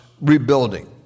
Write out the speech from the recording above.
rebuilding